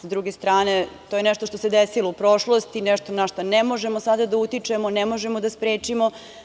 Sa druge strane, to je nešto što se desilo u prošlosti, nešto na šta ne možemo sada da utičemo, ne možemo da sprečimo.